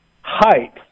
height